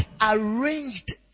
arranged